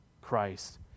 Christ